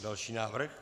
Další návrh.